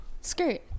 skirt